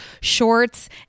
shorts